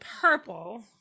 purple